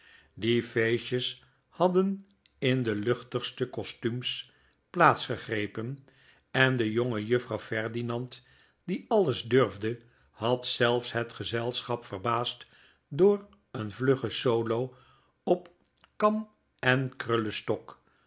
die feestjes hadden in de luchtigste kostumes plaats gegrepen en de jongejuffrouw ferdinand die alles durfde had zelfs het gezelschap verbaasd door een vlugge solo op kam en